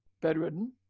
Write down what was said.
bedridden